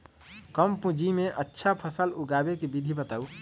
कम पूंजी में अच्छा फसल उगाबे के विधि बताउ?